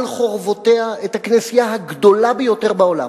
על חורבותיה, את הכנסייה הגדולה ביותר בעולם.